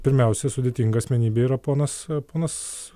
pirmiausia sudėtinga asmenybė yra ponas ponas